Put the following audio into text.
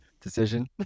decision